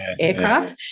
aircraft